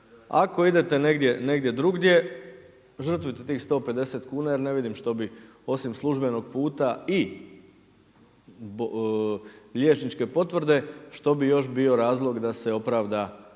ako idete negdje drugdje žrtvujte tih 150 kuna jer ne vidim što bi osim službenog puta i liječničke potvrde što bi još bio razlog da se opravda